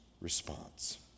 response